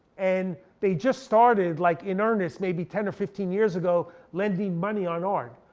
and they just started like in earnest maybe ten or fifteen years ago lending money on art.